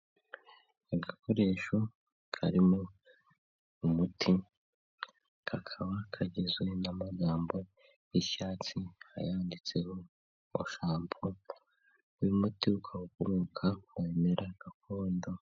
umusaza uri mu za bukuru ndetse noumugore umo aramwitaho amwoza umubiri n'umukwekoresheshaje akazi meza n'isabune ye